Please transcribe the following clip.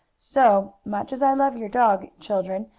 so, much as i love your dog, children,